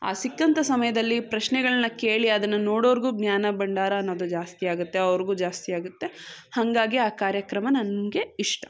ಆ ಸಿಕ್ಕಂಥ ಸಮಯದಲ್ಲಿ ಪ್ರಶ್ನೆಗಳನ್ನ ಕೇಳಿ ಅದನ್ನು ನೋಡೋರ್ಗು ಜ್ಞಾನ ಭಂಡಾರ ಅನ್ನೋದು ಜಾಸ್ತಿ ಆಗತ್ತೆ ಅವ್ರಿಗೂ ಜಾಸ್ತಿ ಆಗತ್ತೆ ಹಾಗಾಗಿ ಆ ಕಾರ್ಯಕ್ರಮ ನನಗೆ ಇಷ್ಟ